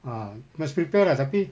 ah must prepare lah tapi